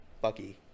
Bucky